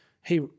hey